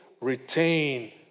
retain